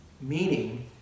Meaning